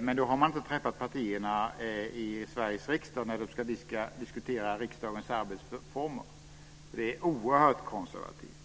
men då har man inte träffat partierna i Sveriges riksdag när vi ska diskutera riksdagens arbetsformer. Det är oerhört konservativt.